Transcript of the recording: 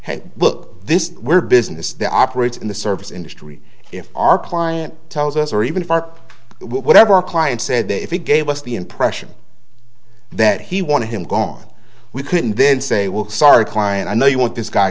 hey look this were business to operate in the service industry if our client tells us or even fart whatever our client said if he gave us the impression that he wanted him gone we couldn't then say we're sorry client i know you want this guy